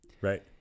Right